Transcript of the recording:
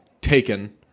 taken